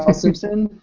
and simpson.